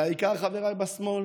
והעיקר, חבריי בשמאל,